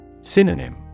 Synonym